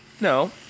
No